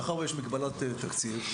מאחר ויש מגבלות תקציב,